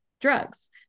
drugs